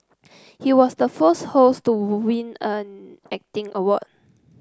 he was the first host to win an acting award